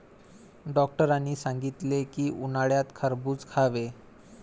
डॉक्टरांनी सांगितले की, उन्हाळ्यात खरबूज खावे